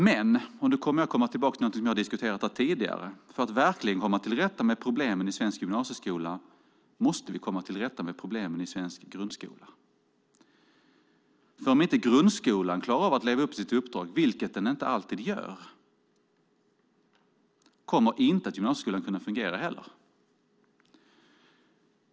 Men - och nu kommer jag tillbaka till någonting som vi har diskuterat här tidigare - för att verkligen komma till rätta med problemen i svensk gymnasieskola måste vi komma till rätta med problemen i svensk grundskola, för om inte grundskolan klarar av att leva upp till sitt uppdrag, vilket den inte alltid gör, kommer inte heller gymnasieskolan att kunna fungera.